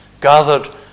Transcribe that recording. Gathered